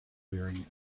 wearing